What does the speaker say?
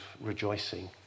rejoicing